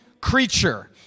creature